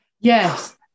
Yes